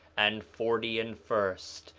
and forty and first,